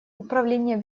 управления